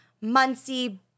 Muncie